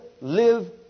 live